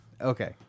okay